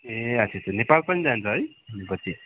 ए अच्छा अच्छा नेपाल पनि जान्छ है